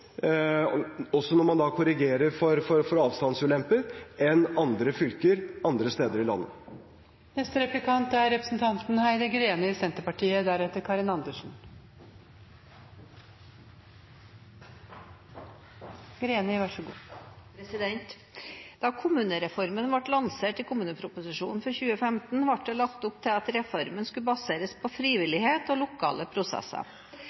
også når man korrigerer for avstandsulemper – enn andre fylker andre steder i landet. Da kommunereformen ble lansert i kommuneproposisjonen for 2015, ble det lagt opp til at reformen skulle baseres på frivillighet og lokale prosesser.